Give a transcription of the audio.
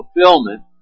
fulfillment